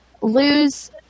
lose